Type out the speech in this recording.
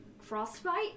Frostbite